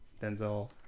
Denzel